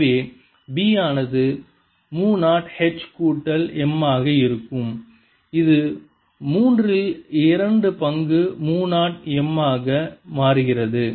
எனவே B ஆனது மு 0 H கூட்டல் M ஆக இருக்கும் இது மூன்றில் இரண்டு பங்கு மு 0 M ஆக மாறுகிறது